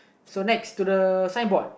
so next to the sign board